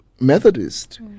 Methodist